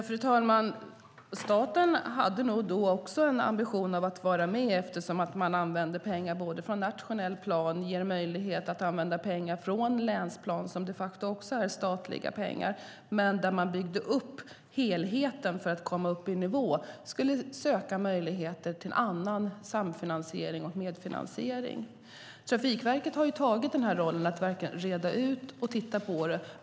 Fru talman! Staten hade nog även då en ambition av att vara med, eftersom man använde pengar både från nationellt plan och ger möjlighet att använda pengar från länsplan. Det är de facto också statliga pengar, men man byggde upp helheten för att komma upp i nivå och skulle söka möjligheter till annan samfinansiering och medfinansiering. Trafikverket har tagit rollen att verkligen reda ut och titta på detta.